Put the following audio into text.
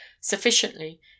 sufficiently